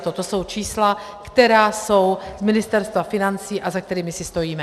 To jsou čísla, která jsou z Ministerstva financí a za kterými si stojíme.